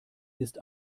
ist